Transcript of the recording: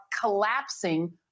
collapsing